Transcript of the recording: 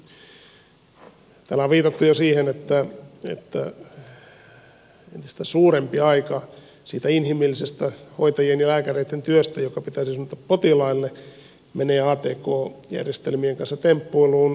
täällä on viitattu jo siihen että entistä suurempi aika siitä inhimillisestä hoitajien ja lääkäreitten työstä joka pitäisi suunnata potilaille menee atk järjestelmien kanssa temppuiluun